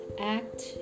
act